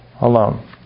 alone